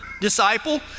disciple